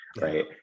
Right